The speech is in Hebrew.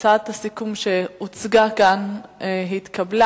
שהצעת הסיכום שהוצגה כאן התקבלה.